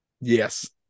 Yes